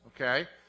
okay